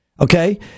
okay